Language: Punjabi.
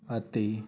ਅਤੇ